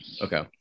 Okay